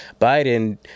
Biden